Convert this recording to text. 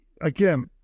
again